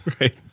Right